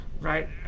right